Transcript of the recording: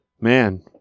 man